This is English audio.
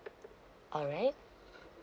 alright